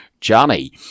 Johnny